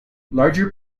larger